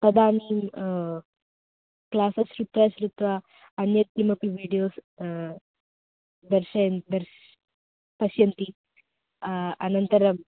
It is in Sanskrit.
तदानीं क्लासस् श्रुत्वा श्रुत्वा अन्यत् किमपि वीडियोस् दर्शयन् दर्शयन् पश्यन्ति अनन्तरं